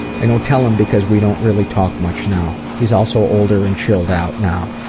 i don't tell him because we don't really talk much now. he's also older and chilled out now.